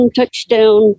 touchdown